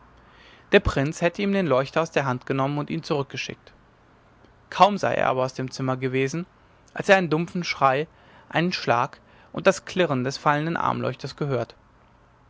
der prinz hätte ihm den leuchter aus der hand genommen und ihn zurückgeschickt kaum sei er aber aus dem zimmer gewesen als er einen dumpfen schrei einen schlag und das klirren des fallenden armleuchters gehört